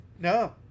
No